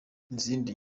izindi